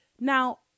Now